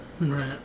Right